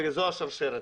וזו השרשרת.